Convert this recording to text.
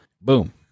Boom